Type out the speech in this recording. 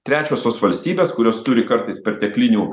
trečiosios tos valstybės kurios turi kartais perteklinių